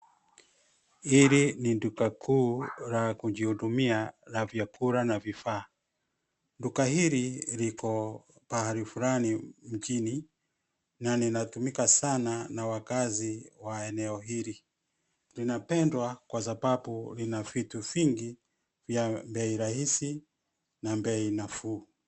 Hili ni duka kuu la kujihudumia, la vyakula na vifaa. Duka hili, liko pahali fulani mjini, na linatumika sana na wakazi wa eneo hili. Linapendwa, kwa sababu, lina vitu vingi vya bei rahisi, na bei nafuu.